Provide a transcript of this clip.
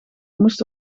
moest